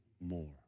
more